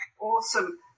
Awesome